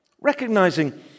recognizing